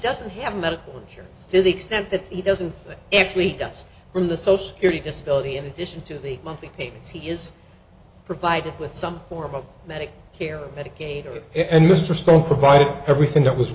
doesn't have medical insurance to the extent that he doesn't actually does from the so security disability in addition to the monthly payments he is provided with some form of medical care medicaid and mr stone provided everything that was